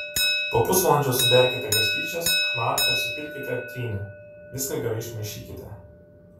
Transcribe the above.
po pusvalandžio suberkite garstyčias chna ir supilkite trynį viską gerai išmaišykite